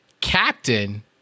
captain